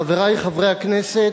תודה, חברי חברי הכנסת,